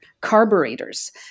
carburetors